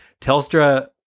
Telstra